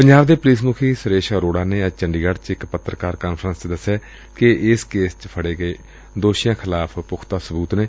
ਪੰਜਾਬ ਦੇ ਪੁਲਿਸ ਮੁਖੀ ਸੁਰੇਸ਼ ਅਰੋੜਾ ਨੇ ਅੱਜ ਚੰਡੀਗੜ੍ਪ ਚ ਇਕ ਪੱਤਰਕਾਰ ਕਾਨਫਰੰਸ ਚ ਦਸਿਆ ਕਿ ਏਸ ਕੇਸ ਚ ਫੜੇ ਗਏ ਦੋਸ਼ੀਆਂ ਖਿਲਾਫ਼ ਪੁਖਤਾ ਸਬੂਤ ਨੇ